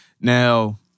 Now